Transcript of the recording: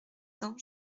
cents